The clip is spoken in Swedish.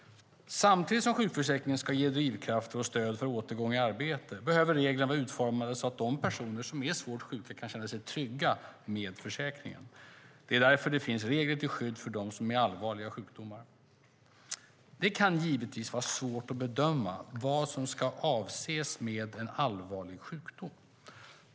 Samtidigt som sjukförsäkringen ska ge drivkrafter och stöd för återgång i arbete behöver reglerna vara utformade så att de personer som är svårt sjuka kan känna sig trygga med försäkringen. Det är därför det finns regler till skydd för dem med allvarliga sjukdomar. Det kan givetvis vara svårt att bedöma vad som ska avses med en allvarlig sjukdom.